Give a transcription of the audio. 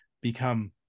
become